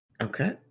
Okay